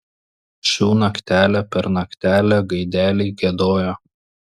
šių naktelę per naktelę gaideliai giedojo